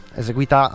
eseguita